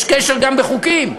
יש קשר גם בחוקים,